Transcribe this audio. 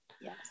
Yes